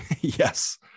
Yes